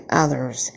others